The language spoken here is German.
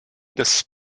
des